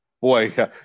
boy